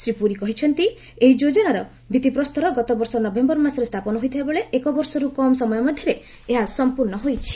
ଶ୍ରୀ ପୁରି କହିଛନ୍ତି ଏହି ଯୋଜନାର ଭିତ୍ତିପ୍ରସ୍ତର ଗତବର୍ଷ ନଭେମ୍ବର ମାସରେ ସ୍ଥାପନ ହୋଇଥିଲାବେଳେ ଏକ ବର୍ଷରୁ କମ୍ ସମୟ ମଧ୍ୟରେ ଏହା ସମ୍ପର୍ଷ୍ଣ ହୋଇଛି